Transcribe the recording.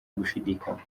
gushidikanya